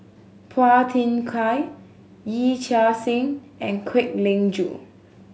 Phua Thin Kiay Yee Chia Hsing and Kwek Leng Joo